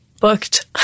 booked